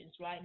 right